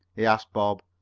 he asked bob.